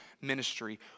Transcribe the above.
ministry